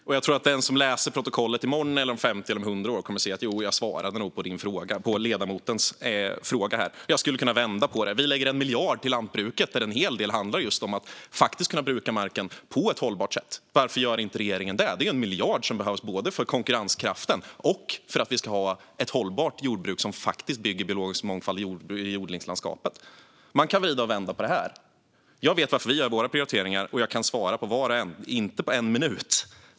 Fru talman! Jag tror att den som läser protokollet i morgon eller om 50 eller 100 år kommer att se att jag nog svarade på ledamotens fråga. Jag skulle kunna vända på det hela. Vi lägger 1 miljard till lantbruket, där en hel del handlar om att just kunna bruka marken på ett hållbart sätt. Varför gör inte regeringen det? Det är ju 1 miljard som behövs både för konkurrenskraften och för att vi ska ha ett hållbart jordbruk som skapar biologisk mångfald i odlingslandskapet. Man kan vrida och vända på detta. Jag vet varför vi gör våra prioriteringar, och jag svara på var och en, dock inte på en minut.